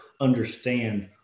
understand